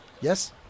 Yes